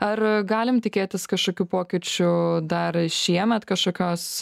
ar galim tikėtis kažkokių pokyčių dar šiemet kažkokios